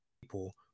people